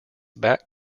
back